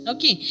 Okay